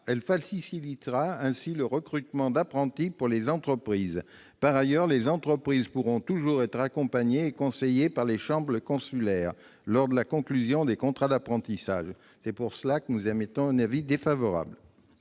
Elle facilitera ainsi pour les entreprises le recrutement d'apprentis. Par ailleurs, les entreprises pourront toujours être accompagnées et conseillées par les chambres consulaires, lors de la conclusion de contrats d'apprentissage. C'est pour cela que la commission émet un avis défavorable.